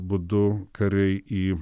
būdu kariai į